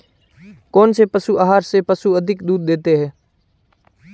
कौनसे पशु आहार से पशु अधिक दूध देते हैं?